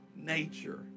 nature